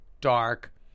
dark